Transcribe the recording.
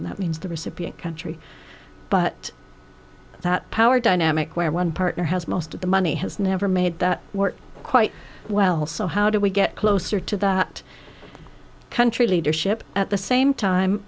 and that means the recipient country but that power dynamic where one partner has most of the money has never made that quite well so how do we get closer to that country's leadership at the same time